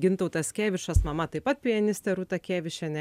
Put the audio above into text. gintautas kėvišas mama taip pat pianistė rūta kėvišienė